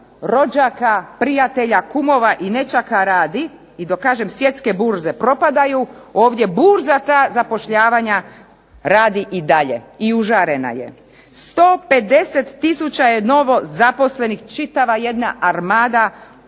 rođaka, prijatelja, kumova i nećaka radi i dok kažem svjetske burze propadaju ovdje burza ta zapošljavanja radi i dalje i užarena je. 150 tisuća je novo zaposlenih, čitava jedna armada u